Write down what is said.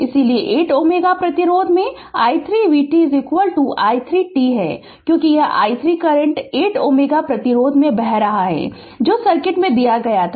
इसलिए 8 Ω प्रतिरोध में i3 vt i3 t है क्योंकि यह i3 करंट 8 Ω प्रतिरोध से बह रहा है जो सर्किट में दिया गया है